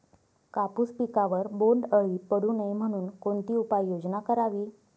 कापूस पिकावर बोंडअळी पडू नये म्हणून कोणती उपाययोजना करावी?